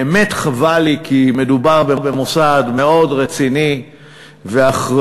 באמת חבל לי, כי מדובר במוסד מאוד רציני ואחראי.